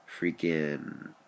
freaking